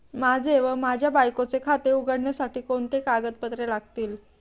माझे व माझ्या बायकोचे खाते उघडण्यासाठी कोणती कागदपत्रे लागतील?